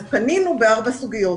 פנינו בארבע סוגיות.